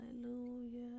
Hallelujah